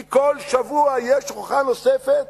כי כל שבוע יש הוכחה נוספת